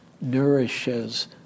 nourishes